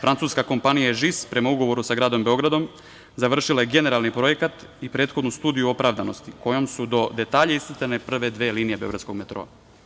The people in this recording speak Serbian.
Francuska kompanija „Ežis“ prema ugovoru sa gradom Beogradom završila je generalni projekat i prethodnu studiju opravdanosti kojom su do detalja iscrtane prve dve linije beogradskog metroa.